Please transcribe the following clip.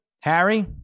Harry